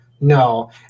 no